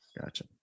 Gotcha